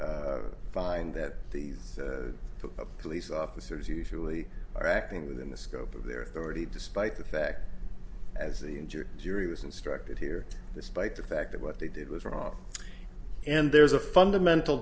obviously find that these the police officers usually are acting within the scope of their authority despite the fact as the injured jury was instructed here despite the fact that what they did was wrong and there's a fundamental